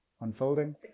unfolding